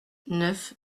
neuf